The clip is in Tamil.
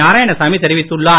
நாராயணசாமி தெரிவித்துள்ளார்